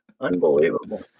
Unbelievable